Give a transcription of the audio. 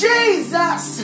Jesus